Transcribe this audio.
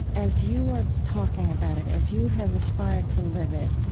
as you are talking about it, as you have aspired to live it,